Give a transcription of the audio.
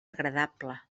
agradable